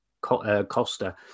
Costa